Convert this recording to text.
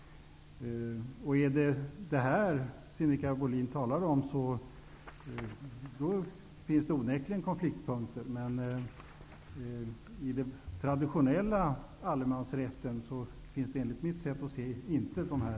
Är det detta som Sinikka Bohlin talar om, finns det onekligen konfliktpunkter. I den traditionella allemansrätten föreligger inte dess konflikter.